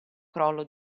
crollo